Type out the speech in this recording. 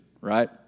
right